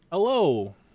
Hello